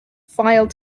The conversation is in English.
filed